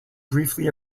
briefly